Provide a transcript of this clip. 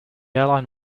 airline